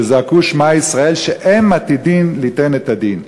שזעקו "שמע ישראל", שהם עתידים ליתן את הדין.